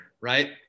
right